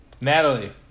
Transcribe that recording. natalie